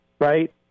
right